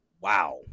wow